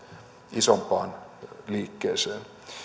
isompaan liikkeeseen